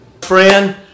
friend